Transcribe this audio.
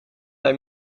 hij